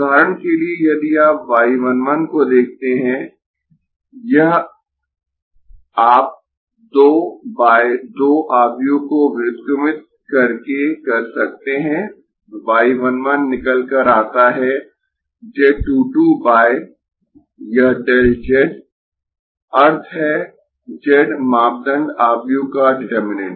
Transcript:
उदाहरण के लिए यदि आप y 1 1 को देखते है यह आप 2 बाय 2 आव्यूह को व्युत्क्रमित करके कर सकते है y 1 1 निकल कर आता है z 2 2 बाय यह ∆ z अर्थ है z मापदंड आव्यूह का डिटरमिनेंट